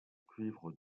cuivre